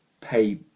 pay